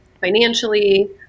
financially